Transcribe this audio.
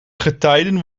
getijden